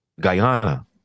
Guyana